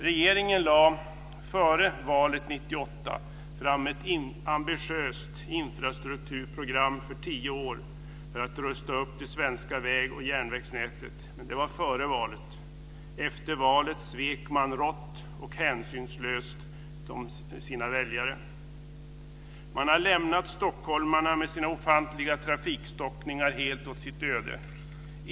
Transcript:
Regeringen lade före valet 1998 fram ett ambitiöst infrastrukturprogram för tio år för att rusta upp det svenska väg och järnvägsnätet. Men det var före valet. Efter valet svek man rått och hänsynslöst sina väljare. Man har lämnat stockholmarna med deras ofantliga trafikstockningar helt åt sitt öde.